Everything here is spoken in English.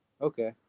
Okay